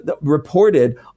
reported